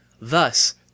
Thus